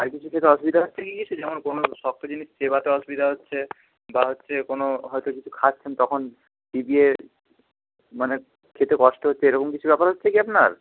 আর কিছু খেতে অসুবিধা হচ্ছে কি কিছু যেমন কোনো শক্ত জিনিস চিবোতে অসুবিধা হচ্ছে বা হচ্ছে কোনো হয়তো কিছু খাচ্ছেন তখন চিবিয়ে মানে খেতে কষ্ট হচ্ছে এরকম কিছু ব্যাপার হচ্ছে কি আপনার